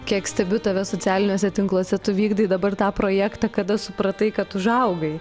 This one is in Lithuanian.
kiek stebiu tave socialiniuose tinkluose tu vykdai dabar tą projektą kada supratai kad užaugai